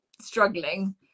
struggling